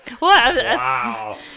Wow